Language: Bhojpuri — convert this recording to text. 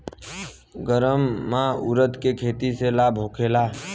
गर्मा उरद के खेती से लाभ होखे ला?